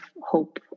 hope